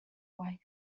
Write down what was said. wife